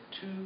two